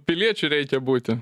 piliečiu reikia būti